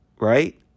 right